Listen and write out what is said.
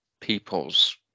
people's